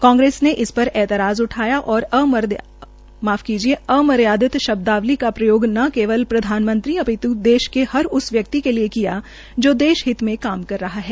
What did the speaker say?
कांग्रेस ने इस पर ऐतराज उठाया और अमर्यादित शब्दावली का प्रयोग न केवल प्रधानमंत्री अपित् देश के हर व्यक्ति के लिये किया जो देश् हित में काम कर रहा है